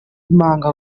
b’impanga